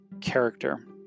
character